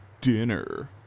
dinner